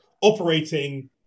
operating